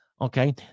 Okay